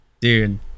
dude